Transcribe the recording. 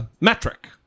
metric